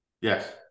Yes